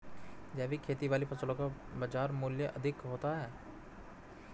जैविक खेती वाली फसलों का बाजार मूल्य अधिक होता है